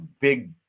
big